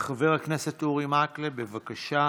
חבר הכנסת אורי מקלב, בבקשה.